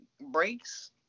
breaks